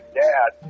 dad